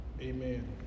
Amen